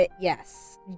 Yes